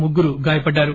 ముగ్గురు గాయపడ్డారు